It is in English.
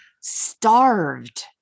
starved